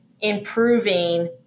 improving